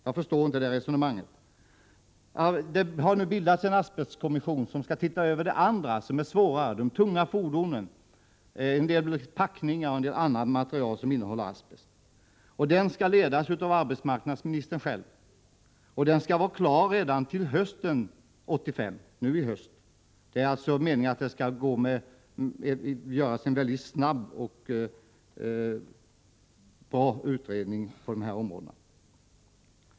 Jag förstår inte det resonemanget. Det har bildats en asbestkommission som skall se över de svårare delarna, de tunga fordonen, en del packningar och annat material som innehåller asbest. Denna kommission skall ledas av arbetsmarknadsministern själv, och den skall vara klar med sitt arbete redan hösten 1985. Det skall alltså göras en snabb och bra utredning på dessa områden.